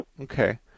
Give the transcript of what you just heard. Okay